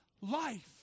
life